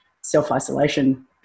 self-isolation